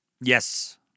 yes